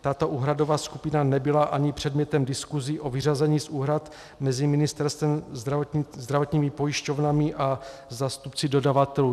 Tato úhradová skupina nebyla ani předmětem diskusí o vyřazení z úhrad mezi ministerstvem, zdravotními pojišťovnami a zástupci dodavatelů.